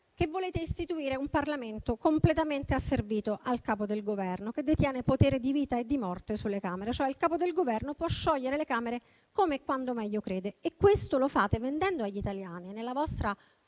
che volete istituire un Parlamento completamente asservito al Capo del Governo, che detiene il potere di vita e di morte sulle Camere. Il Capo del Governo può cioè sciogliere le Camere come e quando meglio crede e questo lo fate vendendo agli italiani, nella vostra